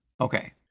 Okay